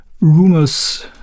rumors